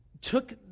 took